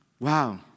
Wow